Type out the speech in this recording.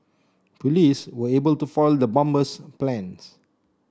police were able to foil the bomber's plans